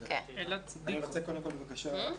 בבקשה.